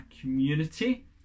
community